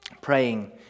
praying